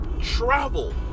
travel